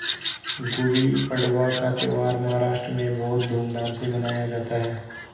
गुड़ी पड़वा का त्यौहार महाराष्ट्र में बहुत धूमधाम से मनाया जाता है